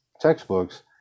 textbooks